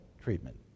treatment